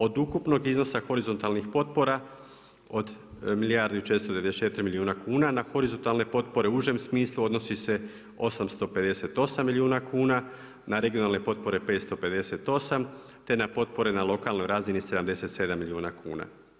Od ukupnog iznosa horizontalnih potpora od milijardi i 494 milijuna kuna, na horizontalne potpore u užem smislu odnosi se 858 milijuna kuna, na regionalne potpore 558 te na potpore na lokalnoj razini 77 milijuna kuna.